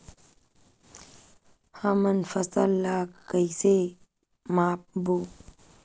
हमन फसल ला कइसे माप बो?